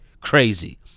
crazy